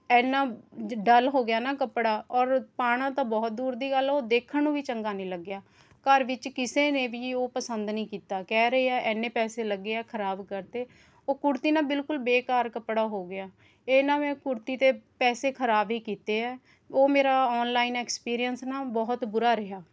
ਇੰਨਾ ਜ ਡੱਲ ਹੋ ਗਿਆ ਨਾ ਕੱਪੜਾ ਔਰ ਪਾਉਣਾ ਤਾਂ ਬਹੁਤ ਦੂਰ ਦੀ ਗੱਲ ਉਹ ਦੇਖਣ ਨੂੰ ਵੀ ਚੰਗਾ ਨਹੀਂ ਲੱਗਿਆ ਘਰ ਵਿੱਚ ਕਿਸੇ ਨੇ ਵੀ ਉਹ ਪਸੰਦ ਨਹੀਂ ਕੀਤਾ ਕਹਿ ਰਹੇ ਹੈ ਇੰਨੇ ਪੈਸੇ ਲੱਗੇ ਹੈ ਖਰਾਬ ਕਰਤੇ ਉਹ ਕੁੜਤੀ ਨਾ ਬਿਲਕੁਲ ਬੇਕਾਰ ਕੱਪੜਾ ਹੋ ਗਿਆ ਇਹ ਨਾ ਮੈਂ ਕੁੜਤੀ 'ਤੇ ਪੈਸੇ ਖਰਾਬ ਹੀ ਕੀਤੇ ਹੈ ਉਹ ਮੇਰਾ ਆਨਲਾਈਨ ਐਕਸਪੀਰੀਐਂਸ ਨਾ ਬਹੁਤ ਬੁਰਾ ਰਿਹਾ